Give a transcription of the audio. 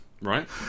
Right